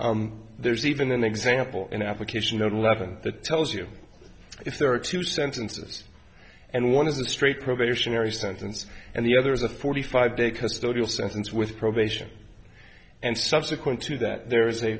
level there's even an example in application eleven that tells you if there are two sentences and one is a straight probationary sentence and the other is a forty five day custodial sentence with probation and subsequent to that there is a